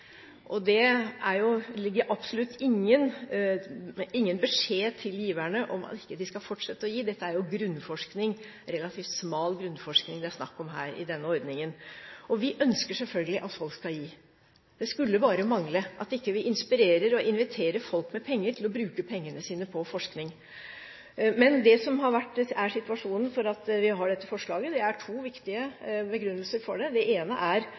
Det ligger absolutt ingen beskjed til giverne om at de ikke skal fortsette å gi. Det er jo grunnforskning, relativt smal grunnforskning, det er snakk om i denne ordningen. Vi ønsker selvfølgelig at folk skal gi. Det skulle bare mangle at vi ikke inspirerer og inviterer folk med penger til å bruke pengene sine på forskning. Men det er to viktige begrunnelser for at vi har dette forslaget: Det ene er hensynet til stramme budsjetter, en stramhet som gjør at også forskningen må være med og ta sin del av det. Det